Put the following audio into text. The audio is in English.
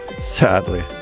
Sadly